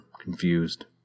confused